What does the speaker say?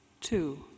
Two